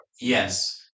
Yes